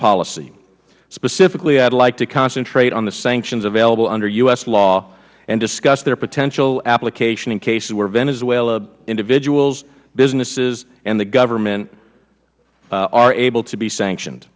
policy specifically i would like to concentrate on the sanctions available under u s law and discuss their potential application in cases where venezuelan individuals businesses and the government are able to be sanctioned